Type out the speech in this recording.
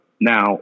Now